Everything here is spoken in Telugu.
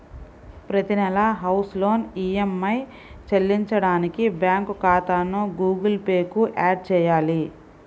ప్రతి నెలా హౌస్ లోన్ ఈఎమ్మై చెల్లించడానికి బ్యాంకు ఖాతాను గుగుల్ పే కు యాడ్ చేయాలి